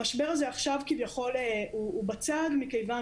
המשבר הזה עכשיו כביכול הוא בצד מכיוון